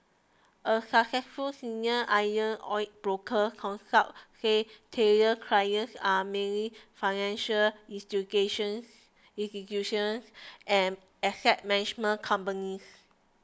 a successful senior iron ore broker counsel said Taylor's clients are mainly financial instigations institutions and asset management companies